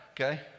okay